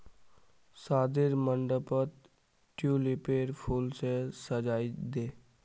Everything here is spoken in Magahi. शादीर मंडपक ट्यूलिपेर फूल स सजइ दे